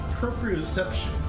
proprioception